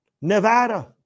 Nevada